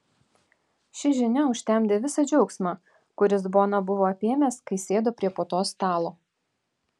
ši žinia užtemdė visą džiaugsmą kuris boną buvo apėmęs kai sėdo prie puotos stalo